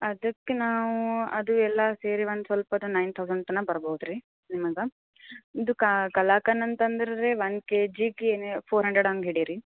ಅದಕ್ಕೆ ನಾವೂ ಅದು ಎಲ್ಲ ಸೇರಿ ಒಂದ್ ಸ್ವಲ್ಪದ ನೈನ್ ತೌಸಂಡ್ ತನಕ ಬರ್ಬಹುದು ರೀ ನಿಮಗೆ ಇದು ಕಲಾಕಾನನ್ ತಂದಿರೋದು ರೀ ಒನ್ ಕೆ ಜಿಗೆ ನೀ ಫೋರ್ ಹಂಡ್ರೆಡ್ ಹಾಂಗ ಹಿಡೀರಿ